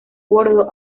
bordo